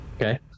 Okay